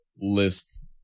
list